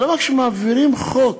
אבל למה כשמעבירים חוק